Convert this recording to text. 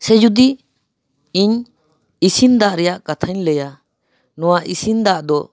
ᱥᱮ ᱡᱩᱫᱤ ᱤᱧ ᱤᱥᱤᱱ ᱫᱟᱜ ᱨᱮᱭᱟᱜ ᱠᱟᱛᱷᱟᱧ ᱞᱟᱹᱭᱟ ᱱᱚᱣᱟ ᱤᱥᱤᱱ ᱫᱟᱜ ᱫᱚ